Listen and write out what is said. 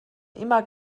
immer